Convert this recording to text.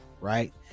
right